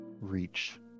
reach